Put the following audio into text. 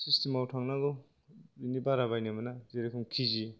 system आव थांनांगौ बिनि बारा बायनो मोना जेरोखोम केजि